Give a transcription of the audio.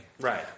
Right